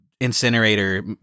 Incinerator